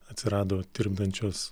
atsirado tirpdančios